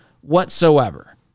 whatsoever